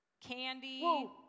Candy